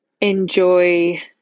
enjoy